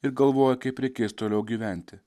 ir galvoja kaip reikės toliau gyventi